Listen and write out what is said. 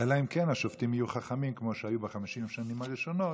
אלא אם כן השופטים יהיו חכמים כמו שהיו ב-50 השנים הראשונות,